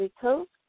Coast